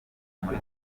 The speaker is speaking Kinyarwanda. muri